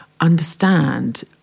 understand